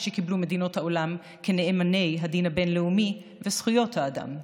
שקיבלו מדינות העולם כנאמנות הדין הבין-לאומי וזכויות האדם.